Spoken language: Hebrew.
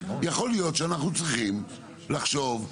יכול להיות שאנחנו צריכים לחשוב,